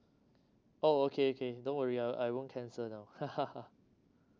oh okay okay no worry I I won't cancel now